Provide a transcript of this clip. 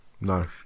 No